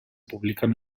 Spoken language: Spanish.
publican